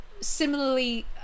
similarly